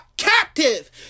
captive